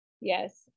yes